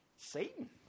Satan